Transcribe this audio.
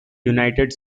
united